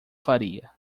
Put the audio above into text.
faria